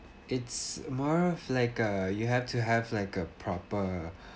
it's more of like a you have to have like a proper